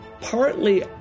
partly